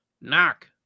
knock